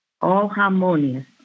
all-harmonious